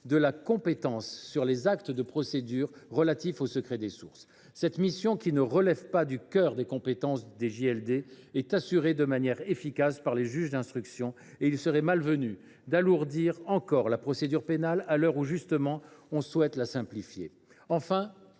de la compétence sur les actes de procédure relatifs au secret des sources. Cette mission, qui ne relève pas du cœur des compétences des JLD, est assurée de manière efficace par les juges d’instruction et il serait malvenu d’alourdir encore la procédure pénale à l’heure où l’on souhaite plutôt la simplifier. Enfin,